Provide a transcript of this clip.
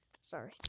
sorry